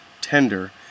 tender